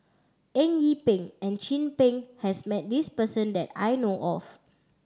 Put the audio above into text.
Eng Yee Peng and Chin Peng has met this person that I know of